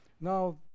Now